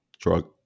drug